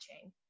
chain